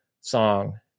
song